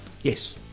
Yes